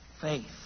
faith